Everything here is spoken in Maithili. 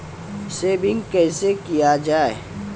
सेविंग कैसै किया जाय?